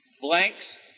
blanks